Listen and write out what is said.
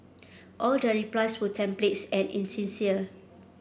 all their replies were templates and insincere